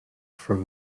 from